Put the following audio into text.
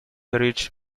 reached